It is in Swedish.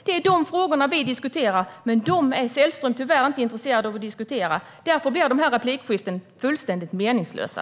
Det är de frågorna vi diskuterar, men dem är Sällström tyvärr inte intresserad av att diskutera. Därför blir de här replikskiftena fullständigt meningslösa.